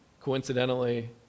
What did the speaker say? Coincidentally